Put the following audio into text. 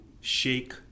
shake